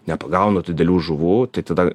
nepagauna tų didelių žuvų tai tada